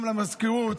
גם למזכירות,